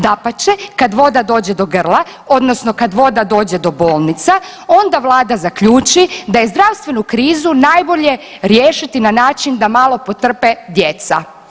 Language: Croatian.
Dapače, kad voda dođe do grla odnosno kad voda dođe do bolnica onda Vlada zaključi da je zdravstvenu krizu najbolje riješiti na način da malo potrpe djeca.